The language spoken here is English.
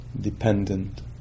dependent